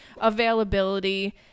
availability